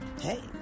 hey